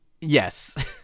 Yes